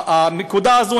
הנקודה הזאת,